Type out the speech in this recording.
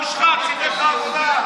החבר שלך המושחת סידר לך עבודה.